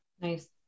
Nice